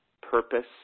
purpose